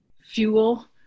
fuel